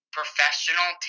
professional